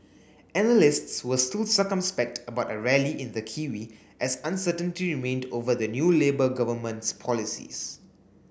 analysts were still circumspect about a rally in the kiwi as uncertainty remained over the new Labour government's policies